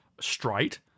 straight